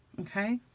okay?